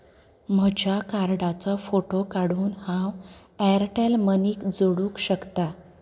म्हज्या कार्डाचो फोटो काडून हांव ऍरटॅल मनीक जोडूंक शकता